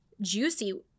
juicy